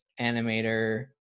animator